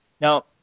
Now